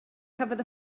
cafodd